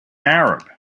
arab